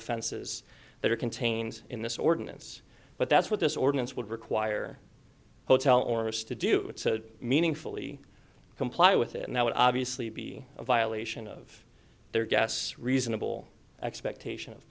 offenses that are contained in this ordinance but that's what this ordinance would require hotel or us to do meaningfully comply with it and that would obviously be a violation of their guests reasonable expectation of